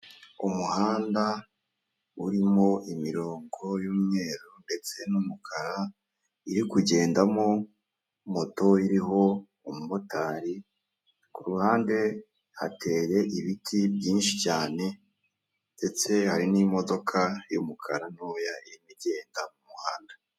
Umuhanda urimo imirongo y'umweru ndetse n'umukara iri kugendamo moto iriho umumotari, kuruhande hateye ibiti byinshi cyane ndetse hari n'imodoka y’ umukara ntoya igenda mumuhanda.